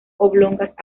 oblongas